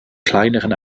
kleineren